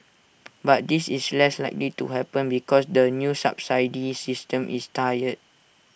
but this is less likely to happen because the new subsidy system is tiered